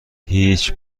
هیچ